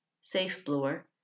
safe-blower